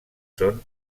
són